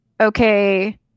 okay